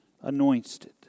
anointed